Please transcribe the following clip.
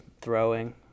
throwing